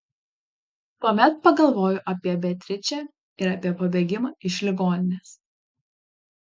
tuomet pagalvoju apie beatričę ir apie pabėgimą iš ligoninės